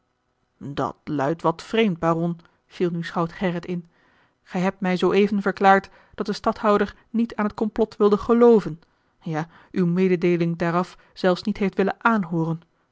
dat luidt wat vreemd baron viel nu schout gerrit in gij hebt mij zooeven verklaard dat de stadhouder niet aan het complot wilde gelooven ja uwe mededeeling daaraf zelfs niet heeft willen aanhooren